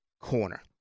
corner